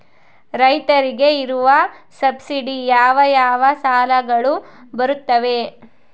ರೈತರಿಗೆ ಇರುವ ಸಬ್ಸಿಡಿ ಯಾವ ಯಾವ ಸಾಲಗಳು ಬರುತ್ತವೆ?